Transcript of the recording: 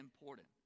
important